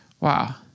Wow